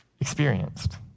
experienced